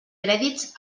crèdits